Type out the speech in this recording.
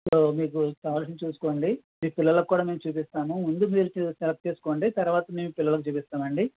so మీకు కావాల్సింది చూసుకోండి మీ పిల్లలకి కూడా మేము చూపిస్తాము ముందు మీరు సెలెక్ట్ చేసుకోండి తర్వాత మీ పిల్లలకి చూపిస్తాము అండి